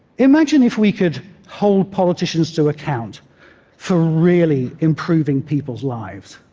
imagine if we could hold politicians to account for really improving people's lives.